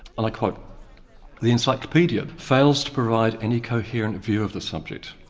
like ah but the encyclopaedia fails to provide any coherent view of the subject.